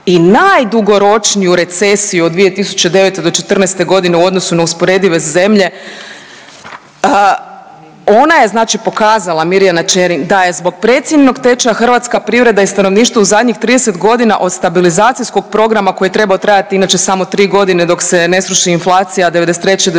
i najdugoročniju recesiju od 2009. do '14.g. u odnosu na usporedive zemlje. Ona je znači pokazala Mirjana Čerin da je zbog precijenjenog tečaja hrvatska privreda i stanovništvo u zadnjih 30.g. od stabilizacijskog programa koji je trebao trajati inače samo 3.g. dok se ne sruši inflacija od '93. do '96.,